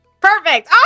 Perfect